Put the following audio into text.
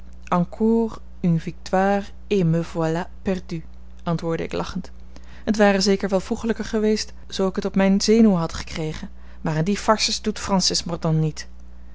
me voilà perdue antwoordde ik lachend het ware zeker welvoegelijker geweest zoo ik het op mijne zenuwen had gekregen maar aan die farces doet francis mordaunt niet